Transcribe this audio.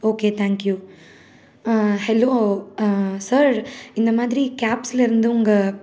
okay thank you hello sir இந்த மாதிரி கேப்ஸ்லேருந்து உங்கள்